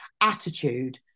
attitude